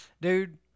Dude